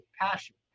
passion